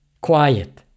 quiet